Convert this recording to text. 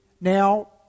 Now